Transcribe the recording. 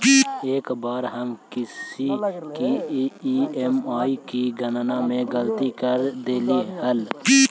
एक बार हम किसी की ई.एम.आई की गणना में गलती कर देली हल